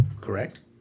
correct